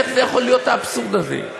איך זה יכול להיות, האבסורד הזה?